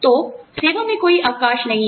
तो सेवा में कोई अवकाश नहीं है